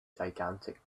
gigantic